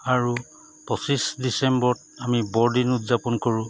আৰু পঁচিছ ডিচেম্বৰত আমি বৰদিন উদযাপন কৰোঁ